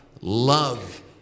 love